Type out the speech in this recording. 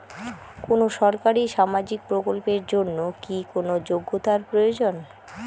কোনো সরকারি সামাজিক প্রকল্পের জন্য কি কোনো যোগ্যতার প্রয়োজন?